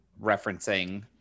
referencing